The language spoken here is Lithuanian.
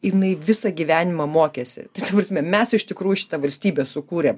jinai visą gyvenimą mokėsi ta prasme mes iš tikrųjų šitą valstybę sukūrėm